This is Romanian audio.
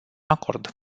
acord